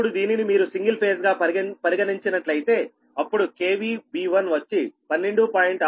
ఇప్పుడు దీనిని మీరు సింగిల్ ఫేజ్ గా పరిగణించినట్లయితే అప్పుడు B1 వచ్చి 12